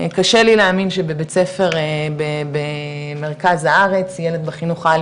קשה לי להאמין שבבית ספר במרכז הארץ ילד בחינוך העל